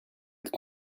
être